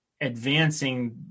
advancing